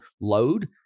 load